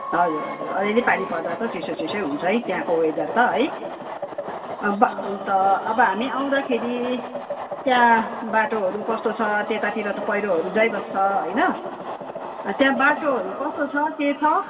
हजुर हजुर अलिअलि पानी पर्दा त चिसो चिसै हुन्छ है त्यहाँको वेदर त है अन्त अन्त अब हामी आउँदाखेरि त्यहाँ बाटोहरू कस्तो छ त्यतातिर त पहिरोहरू जाइबस्छ होइन त्यहाँ बाटोहरू कस्तो छ के छ